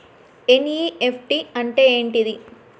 NEFT అంటే ఏంటిది?